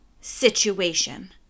situation